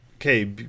okay